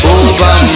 over